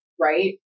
right